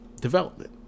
development